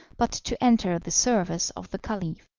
but to enter the service of the caliph.